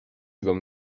agam